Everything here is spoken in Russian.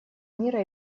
мира